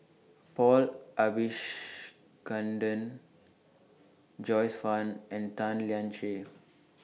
Paul Abisheganaden Joyce fan and Tan Lian Chye